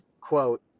quote